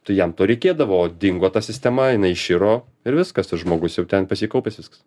tai jam to reikėdavo dingo ta sistema jinai iširo ir viskas tas žmogus jau ten pas jį kaupias visks